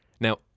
Now